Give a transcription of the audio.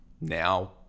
now